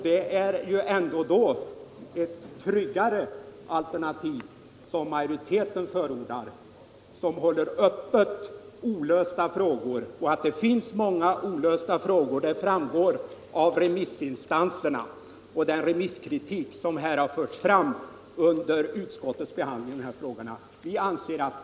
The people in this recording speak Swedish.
Det är ändå ett tryggare alternativ som majoriteten förordar, och ett alternativ som håller olösta frågor öppna. Att det finns många olösta frågor framgår av remissinstansernas uttalanden och den remisskritik som här förts fram under utskottets behandling av dessa frågor.